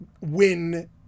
win